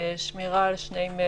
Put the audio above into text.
שמירה על שני מטר,